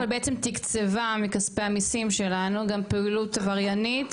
אבל בעצם תקצבה מכספי המיסים שלנו גם פעילות עבריינית,